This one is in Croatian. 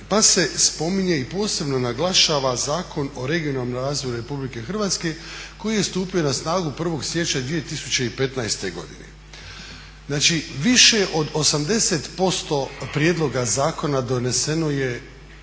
pa se spominje i posebno naglašava Zakon o regionalnom razvoju Republike Hrvatske koji je stupio na snagu 1. siječnja 2015. godine. Znači više od 80% prijedloga zakona doneseno je